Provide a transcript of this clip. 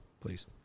please